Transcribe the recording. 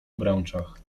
obręczach